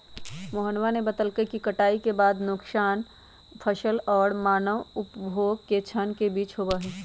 मोहनवा ने बतल कई कि कटाई के बाद के नुकसान फसल और मानव उपभोग के क्षण के बीच होबा हई